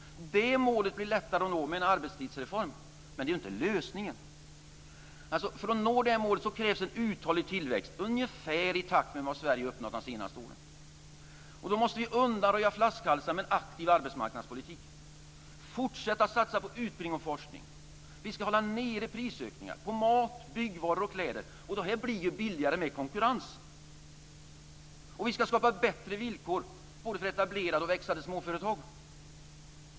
Det målet blir lättare att nå med en arbetstidsreform. Men det är inte lösningen. För att nå det målet krävs en uthållig tillväxt ungefär i takt med vad Sverige uppnått de senaste åren. Vi måste undanröja flaskhalsar med en aktiv arbetsmarknadspolitik, fortsätta att satsa på utbildning och forskning. Vi ska hålla nere prisökningar på mat, byggvaror och kläder. Det blir ju billigare med konkurrens. Vi ska skapa bättre villkor både för etablerade och växande småföretag.